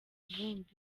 ivumbi